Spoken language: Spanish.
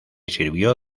sirvió